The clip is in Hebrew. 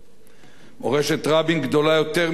מורשת רבין גדולה יותר מכל מעשה פוליטי